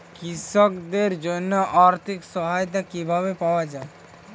কৃষকদের জন্য আর্থিক সহায়তা কিভাবে পাওয়া য়ায়?